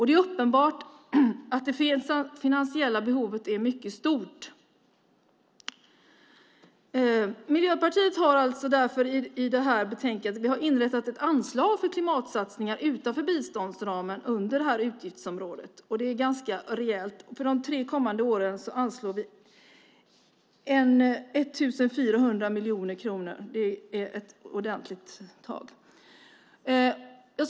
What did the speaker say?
Det är uppenbart att det finansiella behovet är mycket stort. Miljöpartiet har därför i betänkandet föreslagit ett inrättande av ett anslag utanför biståndsramen under utgiftsområdet, och det är ganska rejält. För de tre kommande åren föreslår vi att det anslås 1 400 miljoner kronor, som är ett ordentligt tag.